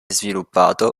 sviluppato